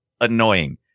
annoying